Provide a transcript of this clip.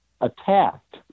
attacked